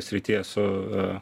srityje su a